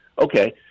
okay